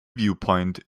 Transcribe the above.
viewpoint